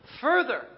further